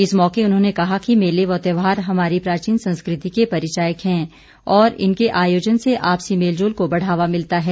इस मौके उन्होंने कहा कि मेले व त्यौहार हमारी प्राचीन संस्कृति के परिचायक है और इनके आयोजन से आपसी मेलजोल को बढ़ावा मिलता है